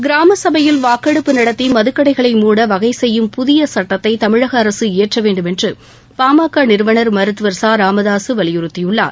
கிராம சபையில் வாக்கெடுப்பு நடத்தி மதுக்கடைகளை மூட வகை செய்யும் புதிய சட்டத்தை தமிழக அரசு இயற்ற வேண்டுமென்று பாமக நிறுவனர் மருத்துவர் ச ராமதாசு வலியுறுத்தியுள்ளார்